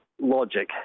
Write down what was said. logic